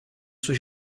sue